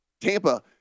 Tampa